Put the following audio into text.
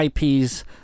IPs